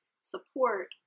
support